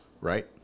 Right